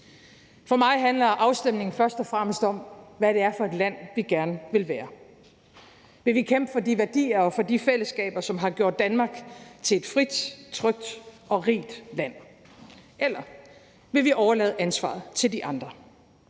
For mig handler afstemningen først og fremmest om, hvilket land vi vil være. Vil vi kæmpe for de værdier og for de fællesskaber, som har gjort Danmark til et frit, trygt og rigt land, eller vil vi overlade ansvaret til de andre?